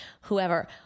whoever